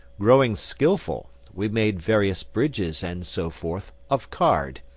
growing skilful, we made various bridges and so forth of card.